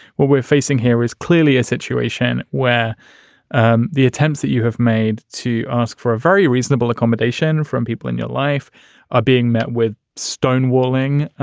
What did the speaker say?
what we're facing here is clearly a situation where and the attempts that you have made to ask for a very reasonable accommodation from people in your life are being met with stonewalling.